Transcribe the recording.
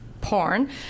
porn